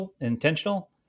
intentional